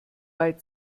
bei